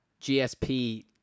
GSP